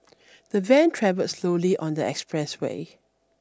the van travelled slowly on the expressway